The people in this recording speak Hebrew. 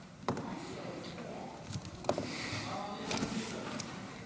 (חבר הכנסת גלעד קריב יוצא מאולם המליאה.)